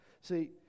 See